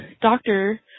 doctor